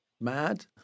mad